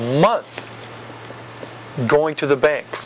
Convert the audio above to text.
month going to the bank